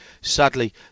sadly